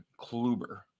Kluber